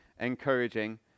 encouraging